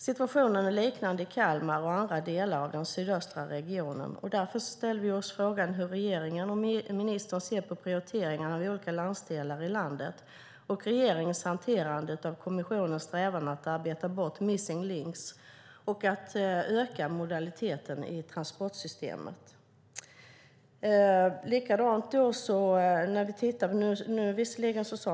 Situationen är liknande i Kalmar och andra delar av den sydöstra regionen. Därför ställer vi frågan hur regeringen och ministern ser på prioriteringarna i olika landsdelar och på regeringens hanterande av kommissionens strävan att arbeta bort missing links och öka modaliteten i transportsystemet.